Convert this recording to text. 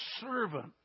servant